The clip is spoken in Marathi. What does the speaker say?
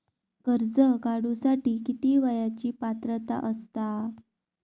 कर्ज काढूसाठी किती वयाची पात्रता असता?